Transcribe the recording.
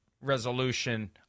resolution